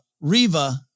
Riva